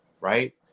right